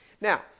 Now